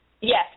Yes